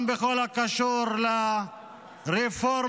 גם בכל הקשור לרפורמות